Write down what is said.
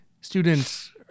students